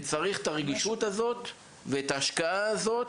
וצריך את הרגישות הזאת ואת ההשקעה הזאת,